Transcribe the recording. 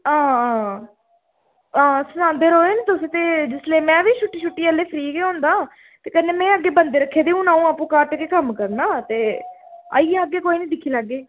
हां हां हां सनांदे रवेओ निं तुस ते जिसलै में बी छुट्टी छुट्टी एल्लै फ्री गै होंदा ते कन्नै में अग्गें बंदे रक्खे दे हून अ'ऊं आपूं घट्ट गै कम्म करना ते आई जाह्गे कोई निं दिक्खी लैह्गे